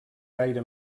gaire